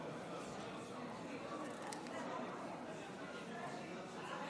חבר